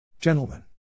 Gentlemen